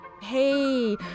hey